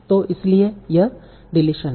तो इसीलिए यह डिलीशन है